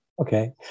Okay